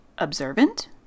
Observant